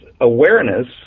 awareness